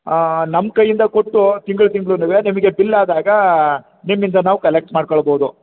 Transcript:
ನಮ್ಮ ಕೈಯಿಂದ ಕೊಟ್ಟು ತಿಂಗ್ಳು ತಿಂಗ್ಳುನು ನಿಮಗೆ ಬಿಲ್ಲಾದಾಗ ನಿಮ್ಮಿಂದ ನಾವು ಕಲೆಕ್ಟ್ ಮಾಡ್ಕೊಳ್ಬೋದು